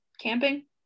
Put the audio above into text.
camping